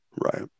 Right